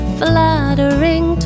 fluttering